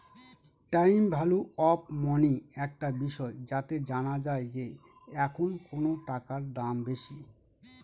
time value of money একটা বিষয় যাতে জানা যায় যে এখন কোনো টাকার দাম বেশি